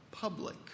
Public